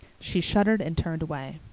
she shuddered and turned away.